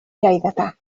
lleidatà